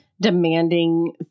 demanding